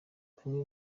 bamwe